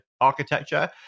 architecture